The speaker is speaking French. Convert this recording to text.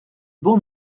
bon